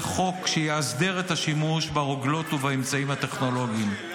חוק שיסדיר את השימוש ברוגלות ובאמצעים הטכנולוגיים.